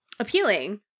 appealing